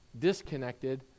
disconnected